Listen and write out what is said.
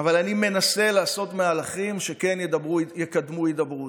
אבל אני מנסה לעשות מהלכים שכן יקדמו הידברות.